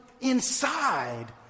Inside